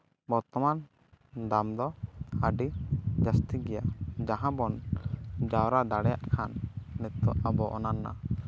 ᱵᱚᱨᱛᱚᱢᱟᱱ ᱫᱟᱢ ᱫᱚ ᱟᱹᱰᱤ ᱡᱟᱹᱥᱛᱤ ᱜᱮᱭᱟ ᱡᱟᱦᱟᱸ ᱵᱚᱱ ᱡᱟᱣᱨᱟ ᱫᱟᱲᱮᱭᱟᱜ ᱠᱷᱟᱱ ᱱᱤᱛᱚᱜ ᱟᱵᱚ ᱚᱱᱟ